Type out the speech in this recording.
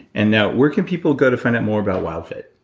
and now, where can people go to find out more about wildfit?